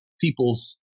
people's